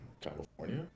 California